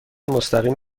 مستقیم